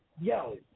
Yo